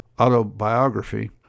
autobiography